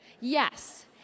Yes